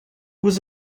was